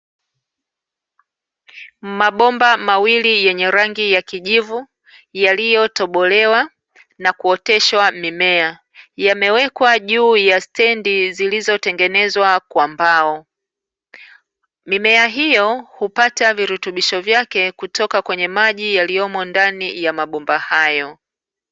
Mabomba mawili yenye rangi ya kijivu yaliyotobolewa na kuoteshwa mimea yamewekwa juu ya stendi zilizotengenezwa kwa mbao. Mimea hiyo hupata virutubisho vyake kutoka kwenye maji yaliyomo ndani ya mabomba hayo.